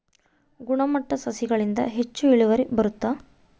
ಗುಣಮಟ್ಟ ಸಸಿಗಳಿಂದ ಹೆಚ್ಚು ಇಳುವರಿ ಬರುತ್ತಾ?